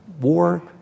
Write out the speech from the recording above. war